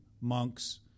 monks